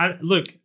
Look